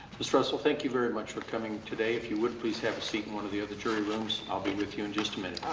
russell, thank you very much for coming today. if you would, please have a seat in one of the other jury rooms. i'll be with you in just a minute.